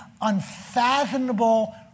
unfathomable